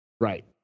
Right